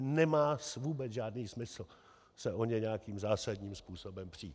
Nemá vůbec žádný smysl se o ně nějakým zásadním způsobem přít.